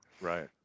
right